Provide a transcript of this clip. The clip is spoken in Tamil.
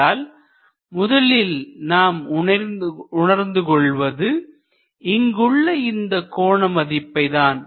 இங்கு இரண்டு கோடுகளை x மற்றும் y அச்சு திசைகளில் வரைந்தால்முதலில் நாம் உணர்ந்து கொள்வதுஇங்குள்ள இந்த கோண மதிப்பை தான்